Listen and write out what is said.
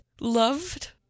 loved